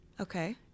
okay